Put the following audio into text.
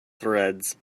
threads